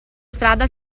strada